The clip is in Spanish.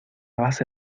base